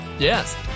Yes